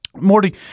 Morty